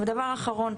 ודבר אחרון,